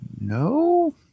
no